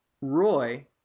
Roy